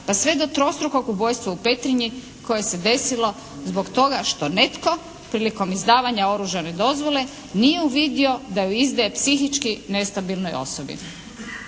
pa do trostrukog ubojstva u Petrinji koje se je desilo zbog toga što netko prilikom izdavanja oružane dozvole nije uvidio da ju izdaje psihički nestabilnoj osobi.